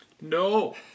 No